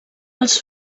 els